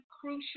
crucial